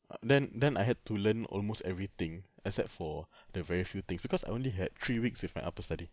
then then I had to learn almost everything except for the very few things because I only had three weeks with my upper study